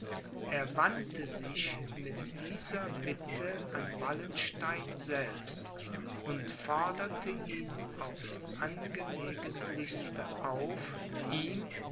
er wandte sich mit dieser bitte an wallenstein selbst und forderte ihn aufs angelegentlichste auf ihm